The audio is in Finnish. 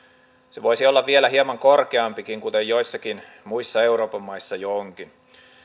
se voisi olla vielä hieman korkeampikin kuten joissakin muissa euroopan maissa jo onkin